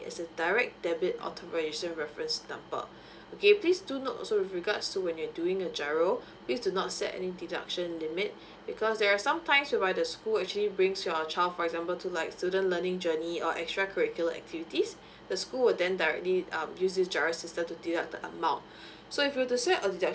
as a direct debit automation reference number okay please do note also with regards to when you're doing a G_I_R_O please do not set any deduction limit because they're sometimes whereby the school actually brings your child for example to like student learning journey or extra curricular activities the school will then directly um uses G_I_R_O system to deduct the amount so if you to set up a deduction